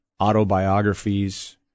autobiographies